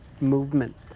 movement